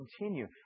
continue